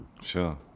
Sure